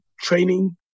training